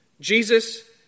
Jesus